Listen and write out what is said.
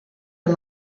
are